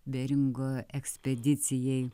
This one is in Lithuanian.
beringo ekspedicijai